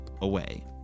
away